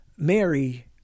Mary